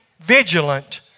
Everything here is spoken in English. vigilant